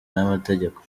n’amategeko